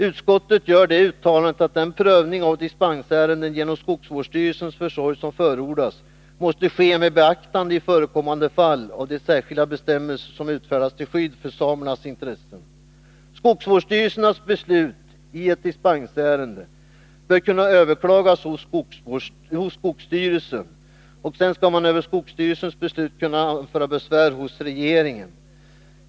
Utskottet gör uttalandet att den prövning av dispensärenden genom skogsvårdsstyrelsens försorg som förordas måste ske, i förekommande fall med beaktande av de särskilda bestämmelser som utfärdats till skydd för samernas intressen. Skogsvårdsstyrelsens beslut i ett dispensärende bör kunna överklagas hos skogsstyrelsen. Över skogsstyrelsens beslut bör besvär kunna anföras hos regeringen.